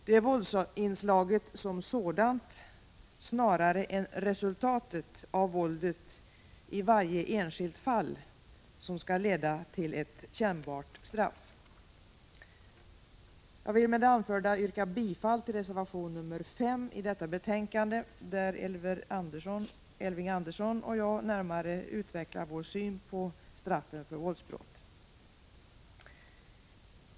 Det är våldsinslaget som sådant, snarare än resultatet av våldet i varje enskilt fall, som skall leda till ett kännbart straff. Jag vill med det anförda yrka bifall till reservation nr 5 till detta betänkande, där Elving Andersson och jag närmare utvecklar vår syn på straffen för våldsbrott.